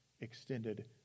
extended